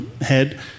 head